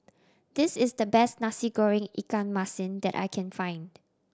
this is the best Nasi Goreng ikan masin that I can find